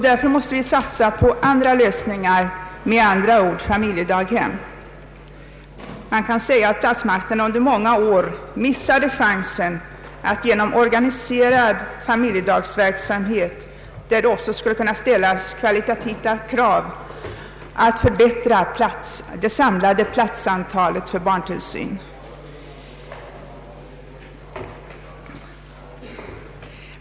Därför måste vi även satsa på andra lösningar, nämligen familjedaghem. Man kan säga att statsmakterna under många år missade chansen att genom organiserad familjedaghemsverksamhet, där «det också skulle kunna ställas kvalitativa krav, öka det samlade platsantalet för barntillsyn.